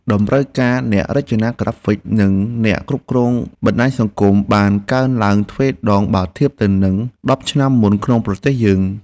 តម្រូវការអ្នករចនាក្រាហ្វិកនិងអ្នកគ្រប់គ្រងបណ្តាញសង្គមបានកើនឡើងទ្វេដងបើប្រៀបធៀបទៅនឹងដប់ឆ្នាំមុនក្នុងប្រទេសយើង។